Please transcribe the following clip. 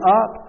up